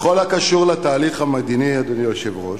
בכל הקשור לתהליך המדיני, אדוני היושב-ראש,